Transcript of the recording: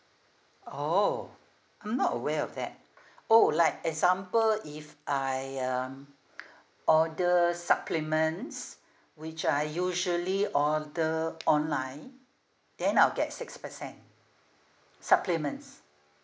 oh I'm not aware of that oh like example if I um order supplements which I usually order online then I'll get six percent supplements